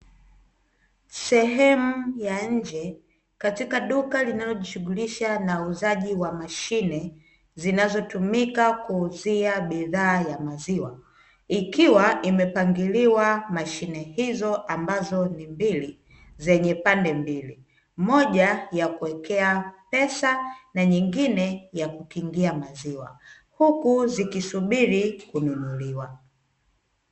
Sehemu ya nje katika duka linalojishughulisha na uuzaji wa mashine zinazotumika kuuzia bidhaa ya maziwa. Ikiwa imepangiliwa mashine hizo ambazo ni mbili zenye pande mbili, moja ya kuwekea pesa na nyingine ya kukingia maziwa huku zikisubiri kununuliwa.